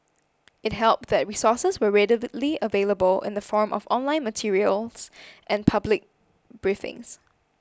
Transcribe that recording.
it helped that resources were readily available in the form of online materials and public briefings